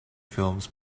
films